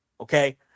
okay